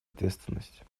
ответственность